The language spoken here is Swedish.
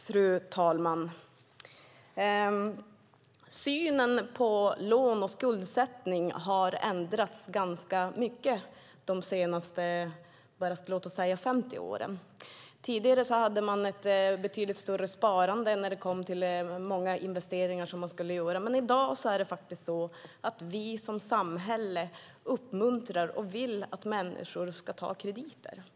Fru talman! Synen på lån och skuldsättning har ändrats ganska mycket de senaste 50 åren. Tidigare hade man ett betydligt större sparande när det kom till de investeringar man skulle göra, men i dag uppmuntrar vi som samhälle människor att ta krediter.